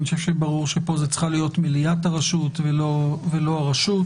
ברור שפה זו צריכה להיות מליאת הרשות ולא הרשות.